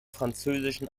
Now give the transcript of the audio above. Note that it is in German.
französischen